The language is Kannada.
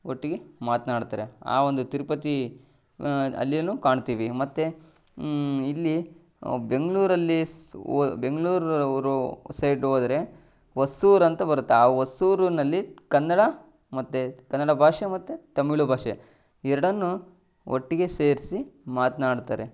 ಒಟ್ಟಿಗೇ ಮಾತನ್ನಾಡ್ತಾರೆ ಆ ಒಂದು ತಿರುಪತಿ ಅಲ್ಲಿನೂ ಕಾಣ್ತೀವಿ ಮತ್ತು ಇಲ್ಲಿ ಬೆಂಗಳೂರಲ್ಲಿ ಸ್ ಒ ಬೆಂಗ್ಳೂರು ರೊ ಸೈಡ್ ಹೋದರೆ ಹೊಸೂರು ಅಂತ ಬರುತ್ತೆ ಆ ಹೊಸೂರಿನಲ್ಲಿ ಕನ್ನಡ ಮತ್ತು ಕನ್ನಡ ಭಾಷೆ ಮತ್ತು ತಮಿಳ್ ಭಾಷೆ ಎರಡನ್ನೂ ಒಟ್ಟಿಗೇ ಸೇರಿಸಿ ಮಾತನ್ನಾಡ್ತಾರೆ